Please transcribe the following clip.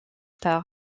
tard